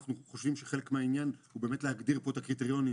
אנחנו חושבים שחלק מהעניין הוא באמת להגדיר פה את הקריטריונים